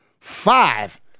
Five